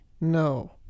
No